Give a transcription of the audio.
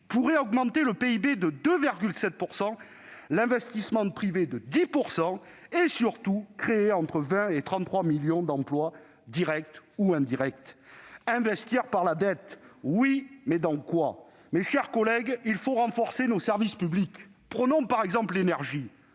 pourrait augmenter le PIB de 2,7 %, l'investissement privé de 10 % et, surtout, créer entre 20 et 33 millions d'emplois, directement et indirectement. » Investir par la dette ? Oui, mais dans quoi ? Mes chers collègues, il faut renforcer nos services publics ! Prenons l'exemple de l'énergie.